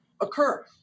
occur